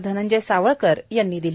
धनंजय सावळकर यांनी दिली